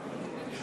תודה,